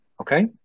Okay